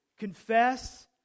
Confess